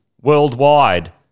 worldwide